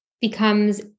becomes